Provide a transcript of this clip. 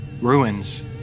ruins